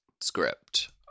script